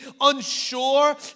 unsure